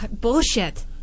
Bullshit